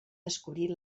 descobrir